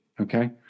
okay